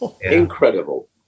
Incredible